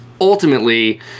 Ultimately